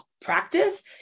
practice